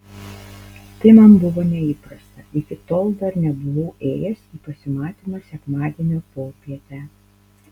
tai man buvo neįprasta iki tol dar nebuvau ėjęs į pasimatymą sekmadienio popietę